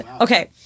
okay